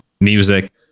music